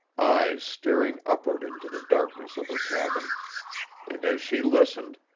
eyes staring upward into the darkness of her cabin and as she listened,